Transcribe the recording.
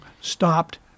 stopped